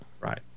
Right